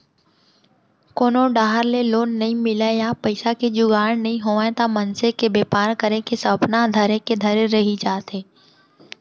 कोनो डाहर ले लोन नइ मिलय या पइसा के जुगाड़ नइ होवय त मनसे के बेपार करे के सपना ह धरे के धरे रही जाथे